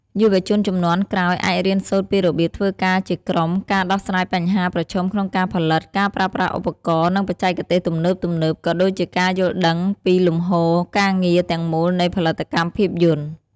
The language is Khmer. យុវជនជំនាន់ក្រោយអាចរៀនសូត្រពីរបៀបធ្វើការជាក្រុម ការដោះស្រាយបញ្ហាប្រឈមក្នុងការផលិត ការប្រើប្រាស់ឧបករណ៍ និងបច្ចេកទេសទំនើបៗ ក៏ដូចជាការយល់ដឹងពីលំហូរការងារទាំងមូលនៃផលិតកម្មភាពយន្ត។